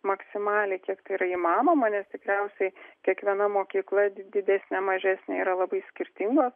maksimaliai kiek tai yra įmanoma nes tikriausiai kiekviena mokykla didesnė mažesnė yra labai skirtingos